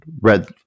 red